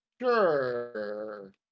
sure